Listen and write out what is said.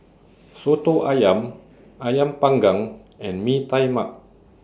Soto Ayam Ayam Panggang and Mee Tai Mak